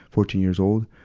fourteen years old.